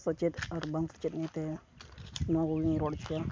ᱥᱮᱪᱮᱫ ᱟᱨ ᱵᱟᱝ ᱥᱮᱪᱮᱫ ᱤᱭᱟᱹᱛᱮ ᱱᱚᱣᱟ ᱠᱚᱜᱮᱧ ᱨᱚᱲ ᱚᱪᱚᱭᱟ